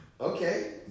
Okay